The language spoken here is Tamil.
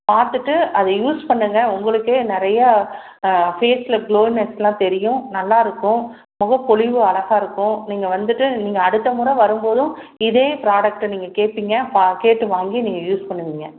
பார்த்துட்டு அதை யூஸ் பண்ணுங்கள் உங்களுக்கே நிறையா ஃபேஸில் க்ளோனஸ் எல்லாம் தெரியும் நல்லா இருக்கும் முக பொலிவு அழகாக இருக்கும் நீங்கள் வந்துவிட்டு நீங்கள் அடுத்த முறை வரும்போதும் இதே ப்ராடக்ட்டை நீங்கள் கேட்பிங்க பா கேட்டு வாங்கி நீங்கள் யூஸ் பண்ணுவிங்க